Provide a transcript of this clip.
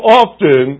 often